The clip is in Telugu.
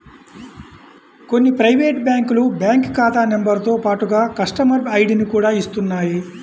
కొన్ని ప్రైవేటు బ్యాంకులు బ్యాంకు ఖాతా నెంబరుతో పాటుగా కస్టమర్ ఐడిని కూడా ఇస్తున్నాయి